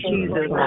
Jesus